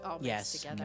Yes